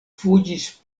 fuĝis